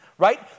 Right